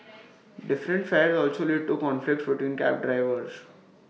different fares also lead to conflicts between cab drivers